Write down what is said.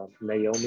Naomi